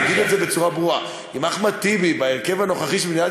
אני אגיד את זה בצורה ברורה: אם אחמד טיבי בהרכב הנוכחי של מדינת